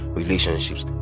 relationships